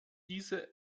diese